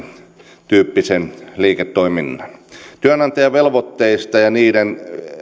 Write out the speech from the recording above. tämäntyyppisen liiketoiminnan työnantajavelvoitteista ja niiden